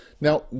now